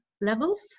levels